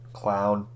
clown